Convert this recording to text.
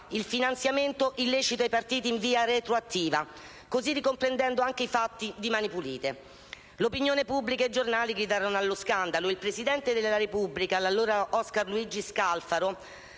il finanziamento illecito ai partiti in via retroattiva, così ricomprendendo anche i fatti di Mani pulite. L'opinione pubblica e i giornali gridarono allo scandalo e il presidente della Repubblica Oscar Luigi Scalfaro